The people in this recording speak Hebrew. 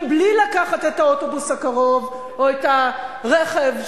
בלי לקחת את האוטובוס הקרוב או את הרכב,